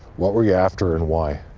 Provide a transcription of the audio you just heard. what were you after and why?